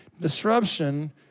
Disruption